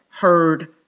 heard